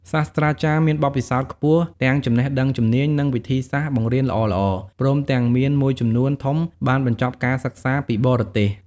សាស្ត្រាចារ្យមានបទពិសោធន៍ខ្ពស់ ទាំងចំណេះដឹងជំនាញ និងវិធីសាស្ត្របង្រៀនល្អៗ ព្រមទាំងមានមួយចំនួនធំបានបញ្ចប់ការសិក្សាពីបរទេស។